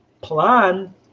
plan